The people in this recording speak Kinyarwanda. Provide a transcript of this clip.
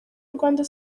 rwanda